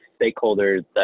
stakeholders